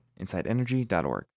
insideenergy.org